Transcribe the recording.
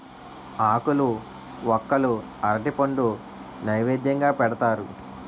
ఆకులు వక్కలు అరటిపండు నైవేద్యంగా పెడతారు